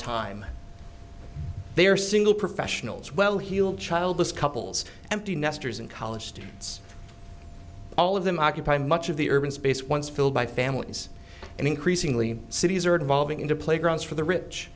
time they are single professionals well heeled childless couples empty nesters and college students all of them occupy much of the urban space once filled by families and increasingly cities are devolving into playgrounds for the rich